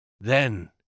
Then